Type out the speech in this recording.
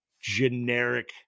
generic